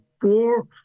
four